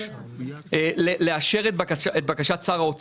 אי-אפשר להשוות את הריביות כי אם אני